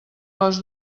les